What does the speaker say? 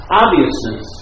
obviousness